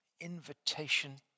invitation